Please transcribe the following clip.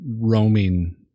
roaming